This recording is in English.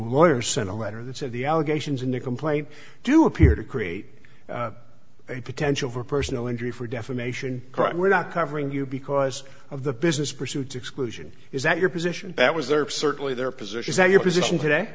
lawyer sent a letter that said the allegations in the complaint do appear to create a potential for personal injury for defamation crime we're not covering you because of the business pursuit exclusion is that your position that was there are certainly there are positions that your position today